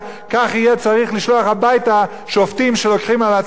כך יהיה צריך לשלוח הביתה שופטים שלוקחים על עצמם